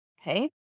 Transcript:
Okay